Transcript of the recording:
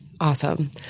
Awesome